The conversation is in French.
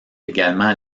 également